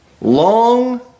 Long